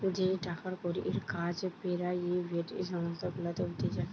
যেই টাকার কড়ির কাজ পেরাইভেট সংস্থা গুলাতে হতিছে